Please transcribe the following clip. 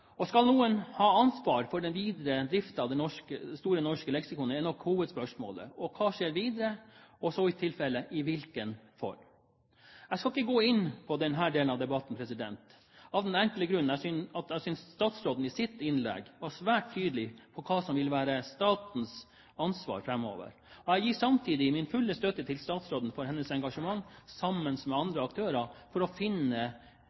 Skal noen ha ansvaret for den videre driften av Store norske leksikon? Det er nok hovedspørsmålet. Hva skjer videre? Og i tilfelle, i hvilken form? Jeg skal ikke gå inn på denne delen av debatten av den enkle grunn at jeg synes statsråden i sitt innlegg var svært tydelig på hva som vil være statens ansvar framover. Jeg gir samtidig min fulle støtte til statsråden for hennes engasjement, sammen med andre aktører, for å finne